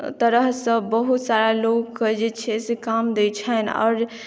तरहसे बहुत सारा लोकक जे छै से काम दै छनि